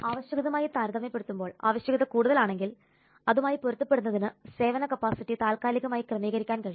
ആവശ്യകതയുമായി താരതമ്യപ്പെടുത്തുമ്പോൾ ആവശ്യകത കൂടുതലാണെങ്കിൽ അതുമായി പൊരുത്തപ്പെടുന്നതിന് സേവന കപ്പാസിറ്റി താൽക്കാലികമായി ക്രമീകരിക്കാൻ കഴിയും